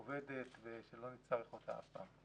עובדת ושלא נצטרך אותה אף פעם.